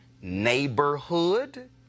neighborhood